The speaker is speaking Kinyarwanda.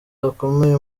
bakomeye